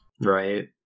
Right